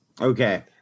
Okay